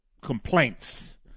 complaints